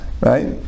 right